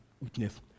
witness